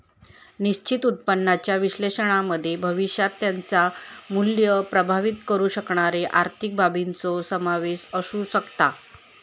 निश्चित उत्पन्नाच्या विश्लेषणामध्ये भविष्यात त्याचा मुल्य प्रभावीत करु शकणारे आर्थिक बाबींचो समावेश असु शकता